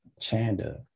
Chanda